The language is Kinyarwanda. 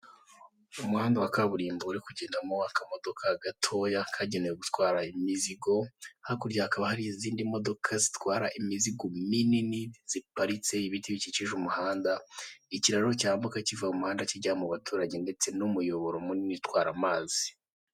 Umuhanda wa kaburimbo uri kugendamo akamodoka Gatoya kagenewe gutwara imizigo, hakurya hakaba hari izindi modoka zitwara imizigo minini ziparitse, ibiti bikikije umuhanda, ikiraro cyambuka kiva mu muhanda kijya mu baturage ndetse n'umuyoboro munini utwara amazi.